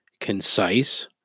concise